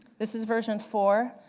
this is version four,